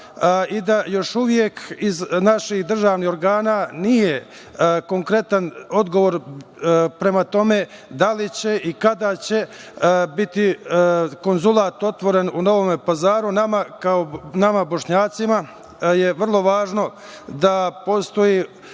i da još uvek iz naših državnih organa nije konkretan odgovor… Prema tome, da li će i kada će biti konzulat otvoren u Novom Pazaru? Nama Bošnjacima je vrlo važno da postoji